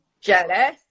jealous